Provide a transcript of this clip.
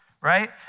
Right